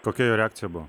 kokia jo reakcija buvo